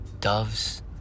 doves